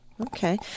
okay